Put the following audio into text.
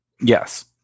Yes